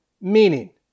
meaning